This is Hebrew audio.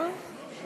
לעמוד?